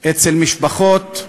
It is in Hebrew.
אצל משפחות ממזרח-ירושלים,